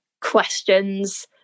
questions